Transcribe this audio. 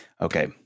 okay